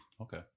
Okay